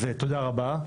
אז תודה רבה,